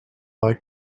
eye